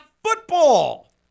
Football